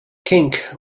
kink